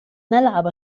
نلعب